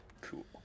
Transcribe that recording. Cool